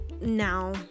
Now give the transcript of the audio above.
now